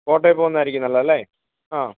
കോട്ടയം പോകുന്നതായിരിക്കും നല്ലത് അല്ലേ ആ